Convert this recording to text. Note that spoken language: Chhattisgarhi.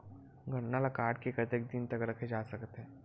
गन्ना ल काट के कतेक दिन तक रखे जा सकथे?